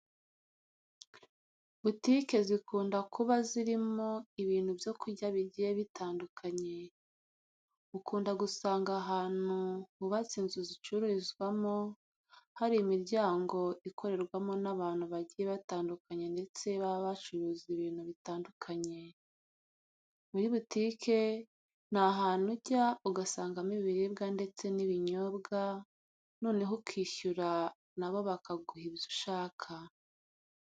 Butike zikunda kuba zirimo ibintu byo kurya bigiye bitandukanye. Ukunda gusanga ahantu hubatse inzu zicururizwamo hari imiryango ikorerwamo n'abantu bagiye batandukanye ndetse baba bacuruza ibintu bitandukanye. Muri butike ni ahantu ujya ugasangamo ibiribwa ndetse n'ibinyobwa, noneho ukishyura na bo bakaguha ibyo ushaka.